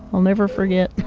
i'll never forget.